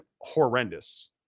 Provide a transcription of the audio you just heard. horrendous